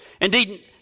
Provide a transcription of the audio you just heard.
Indeed